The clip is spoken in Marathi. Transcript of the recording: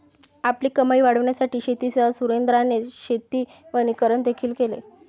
आपली कमाई वाढविण्यासाठी शेतीसह सुरेंद्राने शेती वनीकरण देखील केले